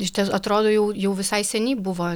išties atrodo jau jau visai seniai buvo